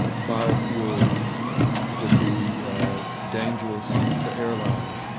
biofuels would be dangerous to airliners.